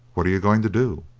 what are you going to do?